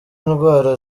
ndwara